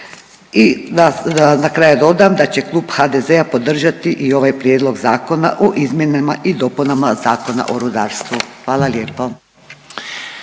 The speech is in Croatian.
da na kraju dodam da će Klub HDZ-a podržati i ovaj prijedlog zakona u izmjenama i dopunama Zakona o rudarstvu. Hvala lijepo.